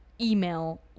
email